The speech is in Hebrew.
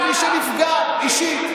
מי שיעשה את זה זה מי שנפגע אישית.